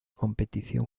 competición